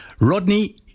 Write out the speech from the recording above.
Rodney